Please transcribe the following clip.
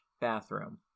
bathroom